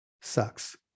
sucks